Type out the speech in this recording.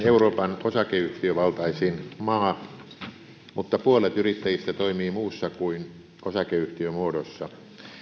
euroopan osakeyhtiövaltaisin maa mutta puolet yrittäjistä toimii muussa kuin osakeyhtiömuodossa